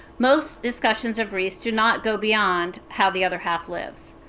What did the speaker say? most discussions of riis do not go beyond how the other half lives.